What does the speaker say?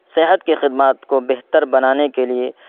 صحت کی خدمات کو بہتر بنانے کے لیے